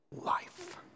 life